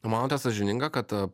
manote sąžininga kad